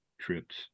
trips